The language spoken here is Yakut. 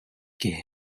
киһи